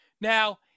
Now